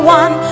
one